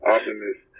Optimist